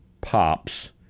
pops